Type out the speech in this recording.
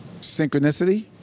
Synchronicity